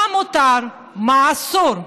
מה מותר, מה אסור,